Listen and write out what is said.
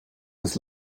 des